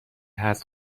حذف